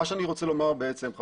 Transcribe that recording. מה שאני רוצה לומר חברים,